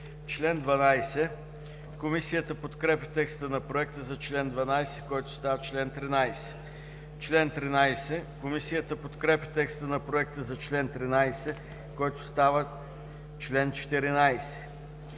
четвърта. Комисията подкрепя текста на проекта за чл. 12, който става чл. 13. Комисията подкрепя текста на проекта за чл. 13, който става чл. 14.